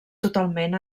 totalment